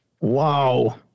Wow